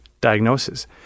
diagnosis